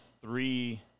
three